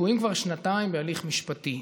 שתקועים כבר שנתיים בהליך משפטי,